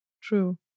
true